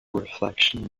reflection